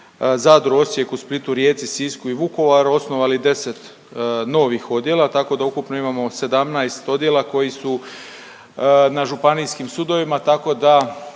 Zadru, Osijeku, Splitu, Rijeci, Sisku i Vukovaru osnovali 10 novih odjela, tako da ukupno imamo 17 odjela koji su na županijskim sudovima, tako da